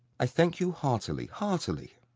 i thank you heartily, heartily.